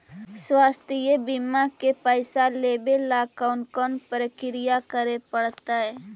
स्वास्थी बिमा के पैसा लेबे ल कोन कोन परकिया करे पड़तै?